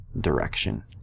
direction